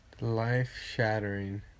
Life-shattering